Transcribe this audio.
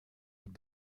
with